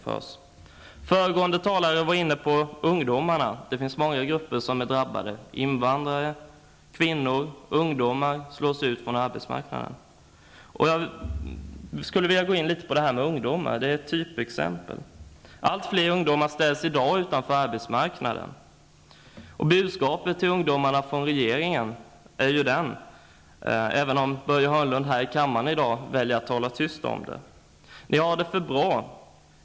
Föregående talare var inne på ungdomar, och de finns fler grupper som är drabbade. Också invandrare och kvinnor slås ut från arbetsmarknaden. Allt fler ungdomar ställs i dag utanför arbetsmarknaden. Även om Börje Hörnlund valde att tala tyst om saken, är ändå budskapet från regeringen: Ni har det för bra!